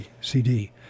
CD